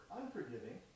unforgiving